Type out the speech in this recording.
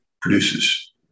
produces